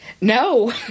No